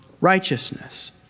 righteousness